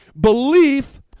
Belief